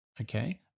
Okay